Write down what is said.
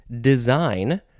design